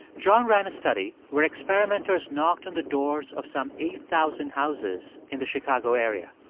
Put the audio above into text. john ran a study where experimenters knocked on the doors of some eight thousand houses in the chicago area.